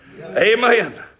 Amen